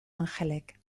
angelek